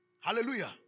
Hallelujah